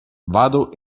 vado